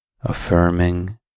affirming